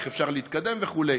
איך אפשר להתקדם וכו'.